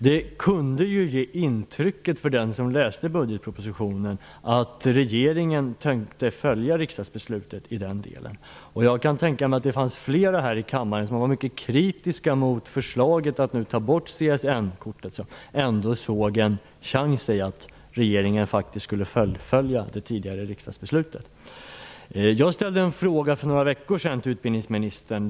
Den som läste budgetpropositionen kunde då få det intrycket att regeringen tänkte följa riksdagsbeslutet i den delen. Jag kan tänka mig att det fanns flera här i kammaren som var mycket kritiska mot förslaget att ta bort CSN-kortet men som ändå såg en chans att regeringen skulle fullfölja det tidigare riksdagsbeslutet. För några veckor sedan ställde jag en fråga till utbildningsministern.